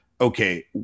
okay